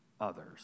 others